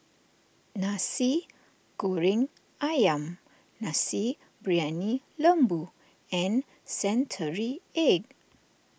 Nasi Goreng Ayam Nasi Briyani Lembu and Century Egg